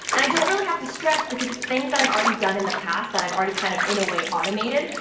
and i don't really have to stress because it's things that i've already done in the past, that i've already kind of in a way automated.